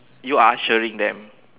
you are ushering them